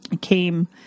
came